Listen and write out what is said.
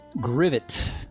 grivet